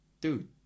Dude